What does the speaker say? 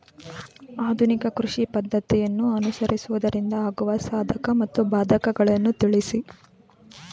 ಆಧುನಿಕ ಕೃಷಿ ಪದ್ದತಿಯನ್ನು ಅನುಸರಿಸುವುದರಿಂದ ಆಗುವ ಸಾಧಕ ಮತ್ತು ಬಾಧಕಗಳನ್ನು ತಿಳಿಸಿ?